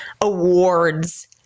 awards